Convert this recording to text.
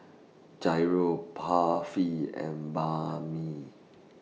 Gyros Barfi and Banh MI